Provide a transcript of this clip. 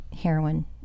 heroin